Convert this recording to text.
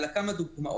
אלה כמה דוגמאות.